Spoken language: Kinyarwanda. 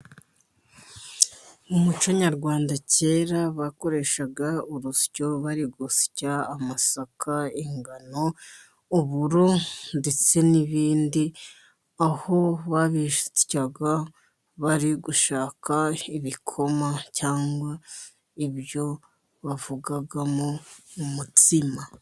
Mu muco nyarwanda kera, bakoreshaga urusyo bari gusya amasaka, ingano, uburo ndetse n'ibindi, aho babisyaga bari gushaka ibikoma cyangwa ibyo bavugamo umutsima.